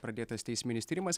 pradėtas teisminis tyrimas